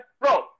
Bro